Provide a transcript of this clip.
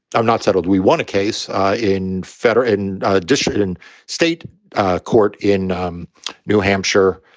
i'm not settled. we won a case in federal and district, in state court in um new hampshire,